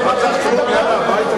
אוקיי.